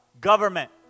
Government